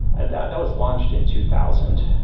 and that that was launched in two thousand.